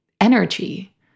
energy